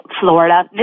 Florida